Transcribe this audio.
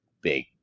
big